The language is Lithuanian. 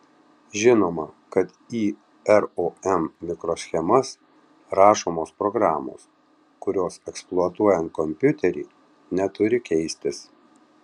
žinoma kad į rom mikroschemas rašomos programos kurios eksploatuojant kompiuterį neturi keistis